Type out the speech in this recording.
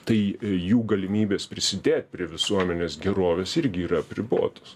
tai jų galimybės prisidėt prie visuomenės gerovės irgi yra apribotos